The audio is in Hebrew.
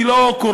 היא לא קוראן,